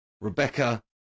Rebecca